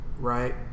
right